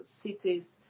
cities